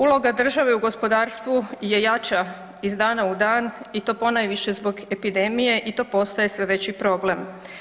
Uloga države u gospodarstvu je jača iz dana u dana i to pojaviše zbog epidemije i to postaje sve veći problem.